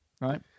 right